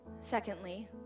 secondly